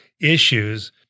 issues